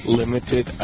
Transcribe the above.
limited